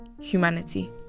humanity